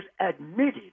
admitted